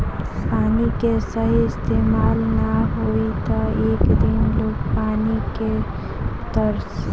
पानी के सही इस्तमाल ना होई त एक दिन लोग पानी के तरसी